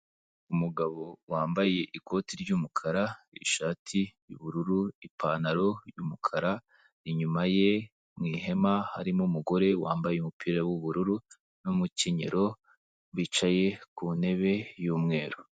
Umugabo wambaye ikoti ry'umukara, ishati y'ubururu, ipantaro y'umukara, inyuma ye mu ihema, harimo umugore wambaye umupira w'ubururu n'umukenyero, bicaye ku ntebe y'umweru.